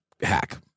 hack